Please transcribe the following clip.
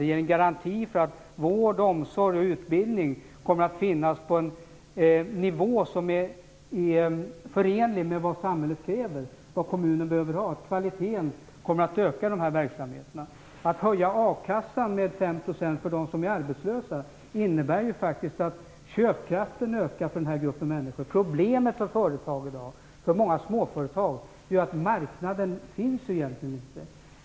Det ger en garanti för att vård, omsorg och utbildning kommer att finnas på en nivå som är förenlig med vad samhället kräver och vad kommunen behöver ha. Kvaliteten kommer att öka i dessa verksamheter. A-kassan höjs med 5 %. Det innebär faktiskt att köpkraften ökar för de arbetslösa. Problemet för många småföretag i dag är ju att marknaden egentligen inte finns.